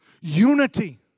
unity